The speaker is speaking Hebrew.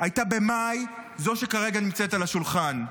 הייתה במאי, זו שנמצאת כרגע על השולחן.